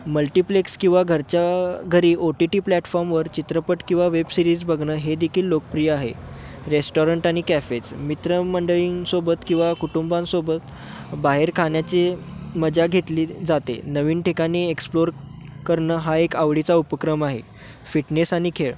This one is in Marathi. मल्टिप्लेक्स किंवा घरच्या घरी ओ टी टी प्लॅटफॉर्मवर चित्रपट किंवा वेबसिरीज बघणं हे देखील लोकप्रिय आहे रेस्टॉरंट आणि कॅफेज मित्रमंडळींसोबत किंवा कुटुंबांसोबत बाहेर खाण्याची मजा घेतली जाते नवीन ठिकाणी एक्सप्लोर करणं हा एक आवडीचा उपक्रम आहे फिटनेस आणि खेळ